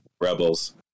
Rebels